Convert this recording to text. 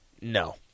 No